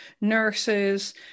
nurses